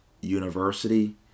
University